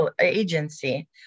agency